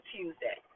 Tuesday